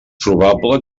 probable